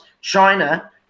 China